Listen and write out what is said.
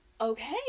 Okay